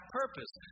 purpose